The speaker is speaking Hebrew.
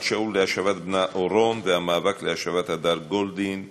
שאול להשבת בנה אורון והמאבק להשבת הדר גולדין,